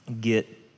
get